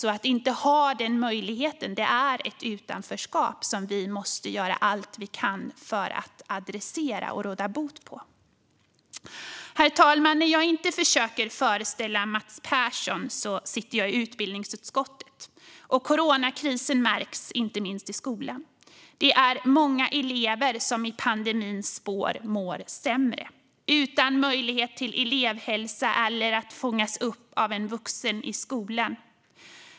När människor inte har denna möjlighet innebär det ett utanförskap som vi måste göra allt vi kan för att adressera och råda bot på. Herr talman! När jag inte försöker föreställa Mats Persson sitter jag i utbildningsutskottet. Coronakrisen märks inte minst i skolan. Det är många elever som i pandemins spår mår sämre. De står utan möjlighet till stöd från elevhälsa eller att fångas upp av en vuxen i skolan.